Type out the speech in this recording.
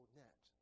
net